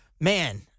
man